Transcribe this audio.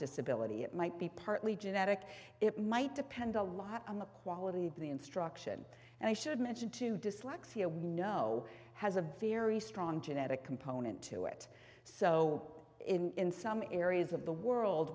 disability it might be partly genetic it might depend a lot on the quality of the instruction and i should mention too dyslexia we know has a very strong genetic component to it so in some areas of the world